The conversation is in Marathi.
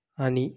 आणि